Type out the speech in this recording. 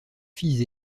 filles